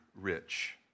rich